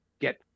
get